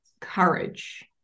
courage